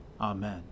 Amen